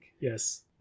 Yes